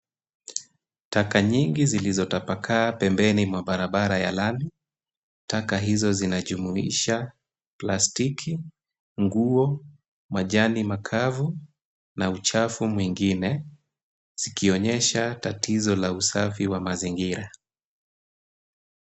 Taka nyingi zilizotapakaa pembeni mwa barabara ya lami. Taka hizo zinajumuisha plastiki, nguo, majani makavu na uchavu mwengine zikionyesha tatizo la usafi wa mazingira.